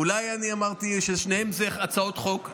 אולי אני אמרתי ששתיהן הצעות חוק,